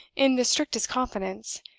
in the strictest confidence,